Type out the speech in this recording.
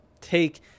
take